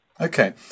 Okay